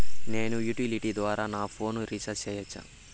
నేను యుటిలిటీ ద్వారా నా ఫోను రీచార్జి సేయొచ్చా?